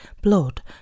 blood